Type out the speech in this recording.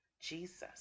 jesus